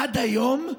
עד היום,